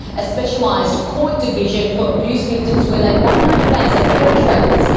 a specialised court decision for abuse victims where they won't have to face their perpetrators,